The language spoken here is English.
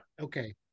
Okay